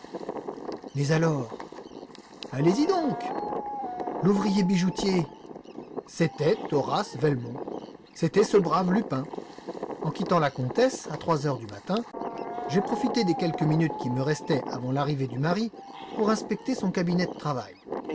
mais alors allez-y donc l'ouvrier bijoutier c'était horace velmont c'était ce brave lupin en quittant la comtesse à trois heures du matin j'ai profité des quelques minutes qui me restaient avant l'arrivée du mari pour inspecter son cabinet de travail